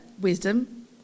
wisdom